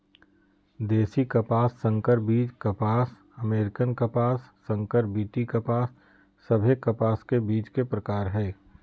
देशी कपास, संकर बीज कपास, अमेरिकन कपास, संकर बी.टी कपास सभे कपास के बीज के प्रकार हय